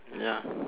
ya